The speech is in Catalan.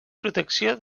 protecció